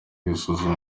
gusuzuma